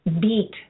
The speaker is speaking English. beat